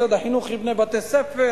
משרד החינוך יבנה בתי-ספר,